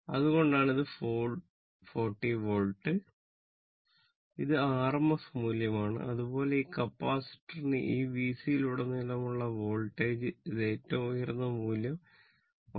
അതുകൊണ്ടാണ് ഇത് 40 വോൾട്ട് ഇത് ആർഎംഎസ് ഇത് ഏറ്റവും ഉയർന്ന മൂല്യം 127